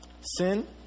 Sin